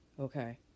okay